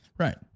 Right